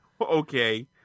Okay